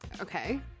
Okay